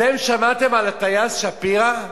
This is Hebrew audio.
אתם שמעתם על הטייס שפירא?